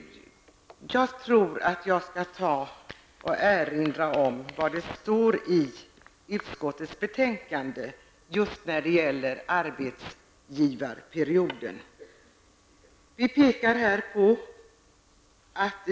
Låt mig erinra om vad det står i utskottets betänkande just i fråga om arbetsgivarperioden: ''Det skulle också frigöra avsevärda resurser.